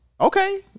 Okay